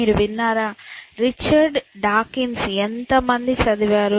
మీరు విన్నారా Richard Dawkins ఎంతమంది చదివారు